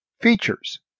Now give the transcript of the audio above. Features